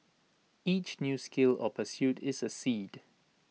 each new skill or pursuit is A seed